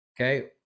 okay